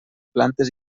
plantes